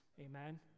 Amen